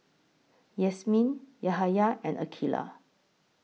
Yasmin Yahaya and Aqilah